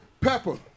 Pepper